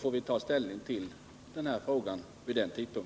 får vi ta ställning till frågan.